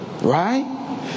Right